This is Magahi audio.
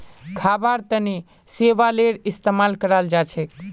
खाबार तनों शैवालेर इस्तेमाल कराल जाछेक